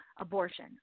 abortion